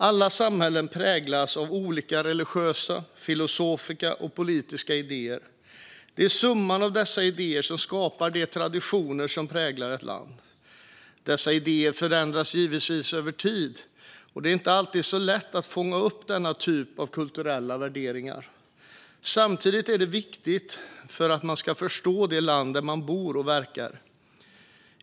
Alla samhällen präglas av olika religiösa, filosofiska och politiska idéer. Det är summan av dessa idéer som skapar de traditioner som präglar ett land. Dessa idéer förändras givetvis över tid, och det är inte alltid så lätt att fånga upp denna typ av kulturella värderingar. Samtidigt är detta viktigt för att man ska förstå det land där man bor och verkar.